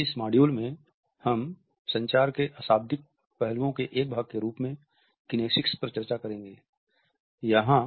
इस मॉड्यूल में हम संचार के अशाब्दिक पहलुओं के एक भाग के रूप में किनेसिक्स पर चर्चा करेंगे